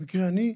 במקרה אני.